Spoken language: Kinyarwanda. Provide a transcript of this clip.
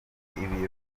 ibirori